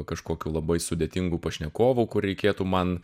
kažkokių labai sudėtingų pašnekovų kur reikėtų man